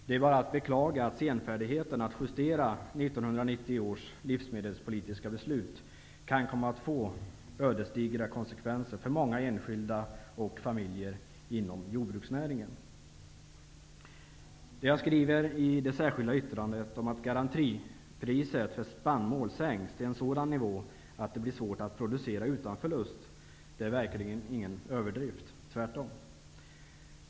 Det är bara att beklaga att senfärdigheten när det gäller att justera 1990 års livsmedelspolitiska beslut kan komma att få ödesdigra konsekvenser för många enskilda och familjer inom jordbruksnäringen. Det jag skriver i det särskilda yttrandet om att garantipriset för spannmål sänks till en sådan nivå att det blir svårt att producera utan förlust är verkligen ingen överdrift, tvärtom.